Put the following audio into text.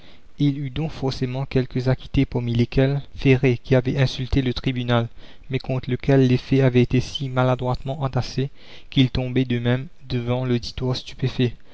eut donc forcément quelques acquittés parmi lesquels ferré qui avait insulté le tribunal mais contre lequel les faits avaient été si maladroitement entassés qu'ils tombaient d'eux-mêmes devant l'auditoire stupéfait